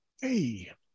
Hey